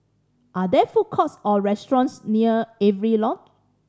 are there food courts or restaurants near Avery Lodge